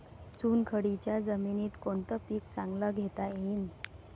चुनखडीच्या जमीनीत कोनतं पीक चांगलं घेता येईन?